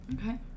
okay